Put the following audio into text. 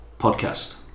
podcast